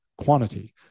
quantity